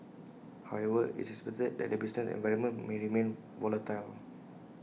however it's expected that the business environment may remain volatile